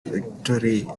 victory